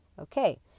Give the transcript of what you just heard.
Okay